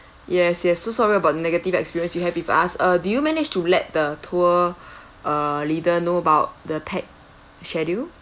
yes yes so sorry about the negative experience you have with us uh do you manage to let the tour uh leader know about the packed schedule